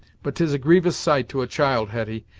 but tis a grievous sight to a child, hetty,